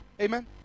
Amen